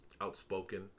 outspoken